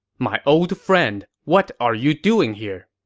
my old friend, what are you doing here?